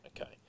okay